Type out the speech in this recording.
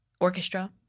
Orchestra